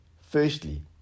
Firstly